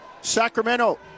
Sacramento